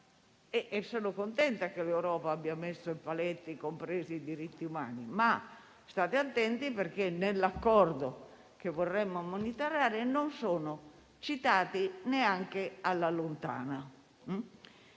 Sono contenta che l'Europa abbia messo i paletti anche sui diritti umani, ma state attenti perché nell'accordo che vorremmo monitorare non sono citati neanche lontanamente.